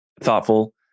thoughtful